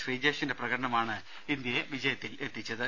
ശ്രീജേഷിന്റെ പ്രകടനമാണ് ഇന്ത്യയെ വിജയത്തിലെത്തിച്ചത്